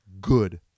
good